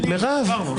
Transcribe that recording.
מדיניות, אמרנו.